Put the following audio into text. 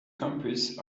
campus